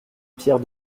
pierre